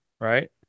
Right